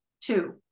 Two